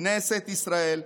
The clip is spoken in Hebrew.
כנסת ישראל,